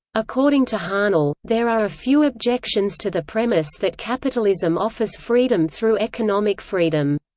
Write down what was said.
according to hahnel, there are a few objections to the premise that capitalism offers freedom through economic freedom.